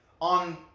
on